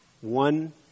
one